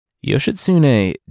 Yoshitsune